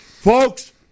Folks